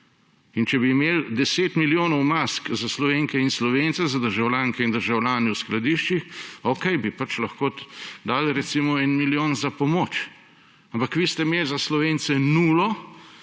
In če bi imeli 10 milijonov mask za Slovenke in Slovence, za državljanke in državljane v skladiščih, okej, bi pač lahko dali recimo 1 milijon za pomoč. Ampak vi ste imeli za Slovence nulo,